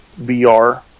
VR